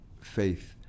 faith